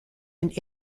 and